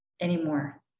anymore